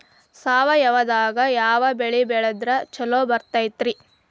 ಸಾವಯವದಾಗಾ ಯಾವ ಬೆಳಿ ಬೆಳದ್ರ ಛಲೋ ಬರ್ತೈತ್ರಿ?